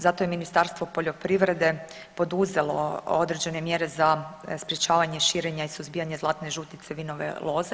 Zato je Ministarstvo poljoprivrede poduzelo određene mjere za sprečavanje širenja i suzbijanja zlatne žutice vinove loze.